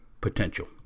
potential